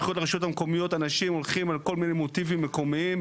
בבחירות לרשויות המקומיות אנשים הולכים על כל מיני מוטיבים מקומיים.